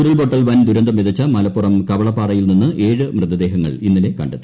ഉരുൾപ്പൊട്ടൽ വൻദൂരന്തം വിതച്ച മലപ്പുറം കവളപ്പാറയിൽ നിന്ന് ഏഴ് മൃതദേഹങ്ങൾ ഇന്നലെ കണ്ടെത്തി